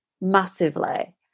Massively